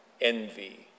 envy